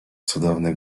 cudowny